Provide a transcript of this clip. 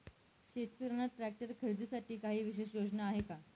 शेतकऱ्यांना ट्रॅक्टर खरीदीसाठी काही विशेष योजना आहे का?